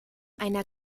einer